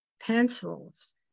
pencils